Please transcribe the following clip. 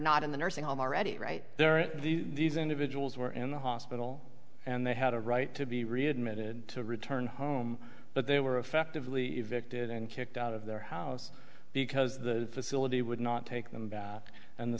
not in the nursing home already right there are these individuals were in the hospital and they had a right to be readmitted to return home but they were effectively evicted and kicked out of their house because the facility would not take them and the